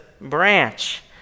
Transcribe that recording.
branch